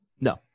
No